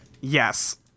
Yes